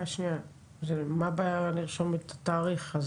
מה הבעיה לרשום את התאריך?